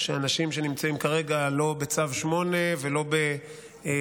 שאנשים שנמצאים כרגע בצו 8 או מפונים,